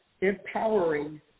empowering